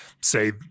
say